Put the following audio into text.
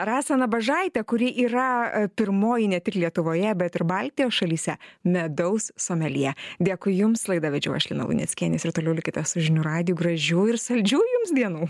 rasą nabažaitę kuri yra a pirmoji ne tik lietuvoje bet ir baltijos šalyse medaus someljė dėkui jums laidą vedžiau aš lina luneckienės ir toliau likite su žinių radiju gražių ir saldžių jums dienų